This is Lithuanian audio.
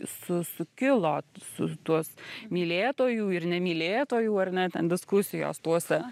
su sukilo su tuos mylėtojų ir ne mylėtojų ar ne ten diskusijos tuose